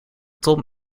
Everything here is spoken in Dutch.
tom